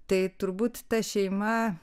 tai turbūt ta šeima